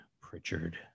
Pritchard